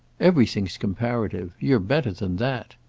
everything's comparative. you're better than that.